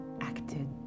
acted